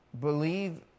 believe